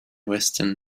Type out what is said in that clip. western